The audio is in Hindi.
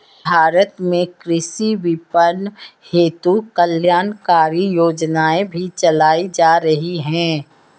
भारत में कृषि विपणन हेतु कल्याणकारी योजनाएं भी चलाई जा रही हैं